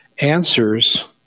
answers